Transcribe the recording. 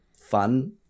fun